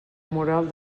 moral